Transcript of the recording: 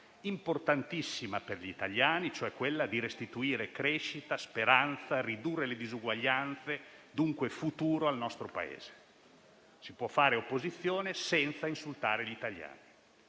importantissima per gli italiani, cioè quella di restituire crescita e speranza, ridurre le disuguaglianze, dunque dare futuro al nostro Paese. Si può fare opposizione senza insultare gli italiani.